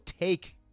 take